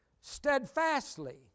steadfastly